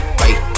wait